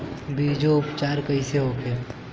बीजो उपचार कईसे होखे?